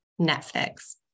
Netflix